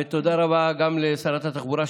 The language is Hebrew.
ותודה רבה גם לשרת התחבורה,